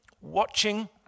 watching